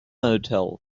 hotel